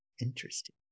interesting